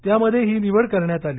त्यामध्ये ही निवड करण्यात आली